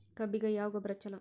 ಕಬ್ಬಿಗ ಯಾವ ಗೊಬ್ಬರ ಛಲೋ?